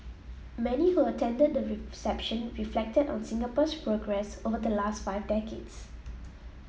many who attended the reception reflected on Singapore's progress over the last five decades